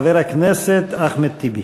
חבר הכנסת אחמד טיבי.